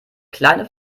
kleine